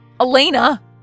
Elena